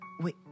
Wait